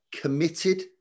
committed